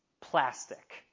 plastic